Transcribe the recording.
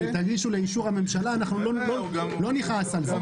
תגישו לאישור הממשלה, אנחנו לא נכעס על זה.